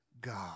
God